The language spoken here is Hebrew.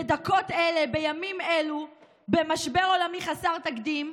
בדקות אלה, בימים אלה, במשבר עולמי חסר תקדים,